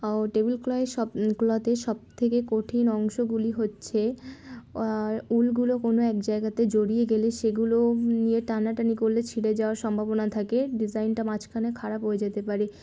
ও table cloth সব ক্লথের সব থেকে কঠিন অংশগুলি হচ্ছে আর উলগুলো কোনো এক জায়গাতে জড়িয়ে গেলে সেগুলো নিয়ে টানাটানি করলে ছিঁড়ে যাওয়ার সম্ভাবনা থাকে ডিজাইনটা মাঝখানে খারাপ হয়ে যেতে পারে